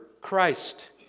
Christ